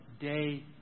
day